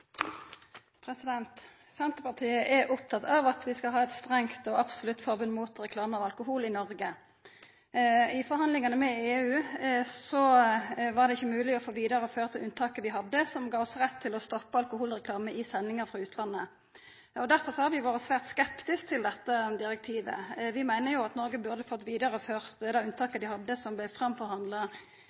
opptatt av at vi skal ha eit strengt og absolutt forbod mot reklame for alkohol i Noreg. I forhandlingane med EU var det ikkje mogleg å få vidareført unntaket vi hadde, som gav oss rett til å stoppa alkoholreklame i sendingar frå utlandet. Derfor har vi vore svært skeptiske til dette direktivet. Vi meiner at Noreg burde fått vidareført unntaket vi hadde, som blei